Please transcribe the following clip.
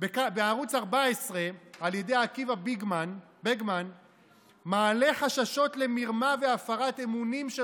בערוץ 14 על ידי עקיבא ביגמן מעלה חששות למרמה והפרת אמונים של